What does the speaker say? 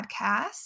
podcast